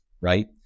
right